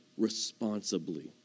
responsibly